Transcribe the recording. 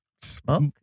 smoke